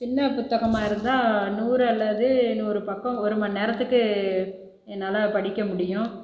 சின்ன புத்தகமாக இருந்தால் நூறு அல்லது நூறு பக்கம் ஒரு மணி நேரத்துக்கு என்னால் படிக்க முடியும்